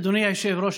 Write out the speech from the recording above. אדוני היושב-ראש,